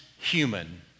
Human